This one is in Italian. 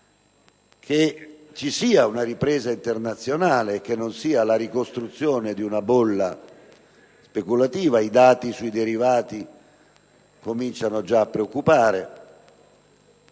che ci sia una ripresa internazionale e che non sia la ricostruzione di una bolla speculativa (i dati sui derivati cominciano già a preoccupare);